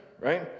right